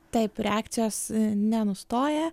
taip reakcijos nenustoja